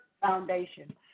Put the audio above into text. foundation